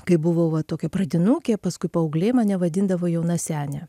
kai buvau va tokia pradinukė paskui paauglė mane vadindavo jauna sene